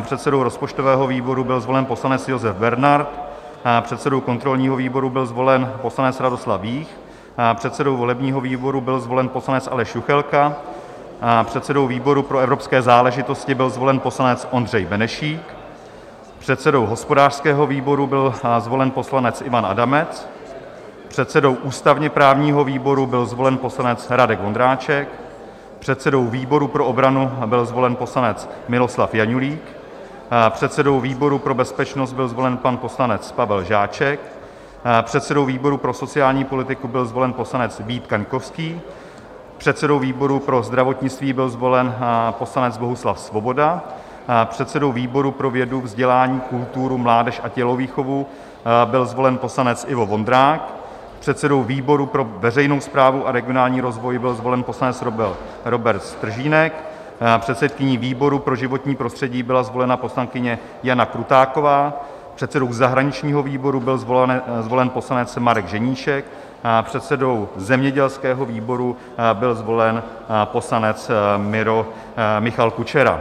předsedou rozpočtového výboru byl zvolen poslanec Josef Bernard, předsedou kontrolního výboru byl zvolen poslanec Radovan Vích, předsedou volebního výboru byl zvolen poslanec Aleš Juchelka, předsedou výboru pro evropské záležitosti byl zvolen poslanec Ondřej Benešík, předsedou hospodářského výboru byl zvolen poslanec Ivan Adamec, předsedou ústavněprávního výboru byl zvolen poslanec Radek Vondráček, předsedou výboru pro obranu byl zvolen poslanec Miloslav Janulík, předsedou výboru pro bezpečnost byl zvolen poslanec Pavel Žáček, předsedou výboru pro sociální politiku byl zvolen poslanec Vít Kaňkovský, předsedou výboru pro zdravotnictví byl zvolen poslanec Bohuslav Svoboda, předsedou výboru pro vědu, vzdělání, kulturu, mládež a tělovýchovu byl zvolen poslanec Ivo Vondrák, předsedou výboru pro veřejnou správu a regionální rozvoj byl zvolen poslanec Robert Stržínek, předsedkyní výboru pro životní prostředí byla zvolena poslankyně Jana Krutáková, předsedou zahraničního výboru byl zvolen poslanec Marek Ženíšek a předsedou zemědělského výboru byl zvolen poslanec Michal Kučera.